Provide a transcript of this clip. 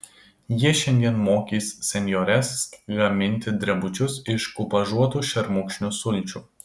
ji šiandien mokys senjores gaminti drebučius iš kupažuotų šermukšnių sulčių